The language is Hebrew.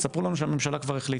תספרו לנו שהממשלה כבר החליטה.